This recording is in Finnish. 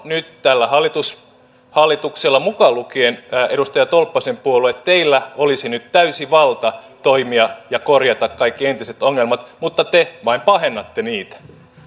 nyt tällä hallituksella mukaan lukien edustaja tolppasen puolue olisi nyt täysi valta toimia ja korjata kaikki entiset ongelmat mutta te vain pahennatte niitä